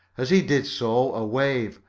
as he did so a wave,